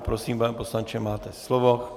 Prosím, pane poslanče, máte slovo.